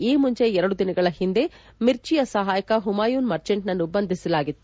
ಈ ಮುಂಚೆ ಎರಡು ದಿನಗಳ ಹಿಂದೆ ಮಿರ್ಚಿಯ ಸಹಾಯಕ ಹುಮಾಯೂನ್ ಮರ್ಚೆಂಟ್ನನ್ನು ಬಂಧಿಸಲಾಗಿತ್ತು